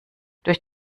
durch